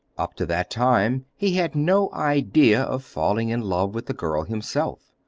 up to that time he had no idea of falling in love with the girl himself.